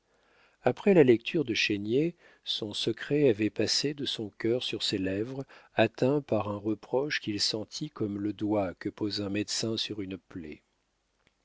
après la lecture de chénier son secret avait passé de son cœur sur ses lèvres atteint par un reproche qu'il sentit comme le doigt que pose un médecin sur une plaie